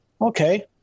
okay